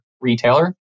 retailer